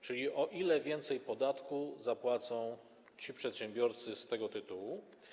Czyli o ile więcej podatku zapłacą przedsiębiorcy z tego tytułu?